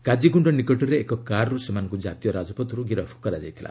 କାଜିଗୁଣ୍ଡ୍ ନିକଟରେ ଏକ କାର୍ରୁ ସେମାନଙ୍କ କାତୀୟ ରାଜପଥର୍ ଗିରଫ କରାଯାଇଥିଲା